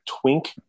twink